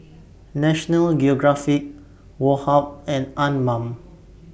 National Geographic Woh Hup and Anmum